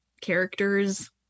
characters